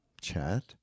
chat